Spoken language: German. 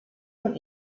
von